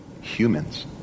humans